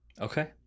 Okay